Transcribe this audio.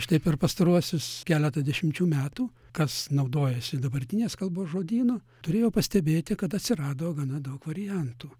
štai per pastaruosius keletą dešimčių metų kas naudojasi dabartinės kalbos žodynu turėjo pastebėti kad atsirado gana daug variantų